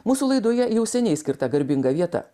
mūsų laidoje jau seniai skirta garbinga vieta